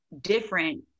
different